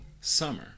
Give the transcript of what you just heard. summer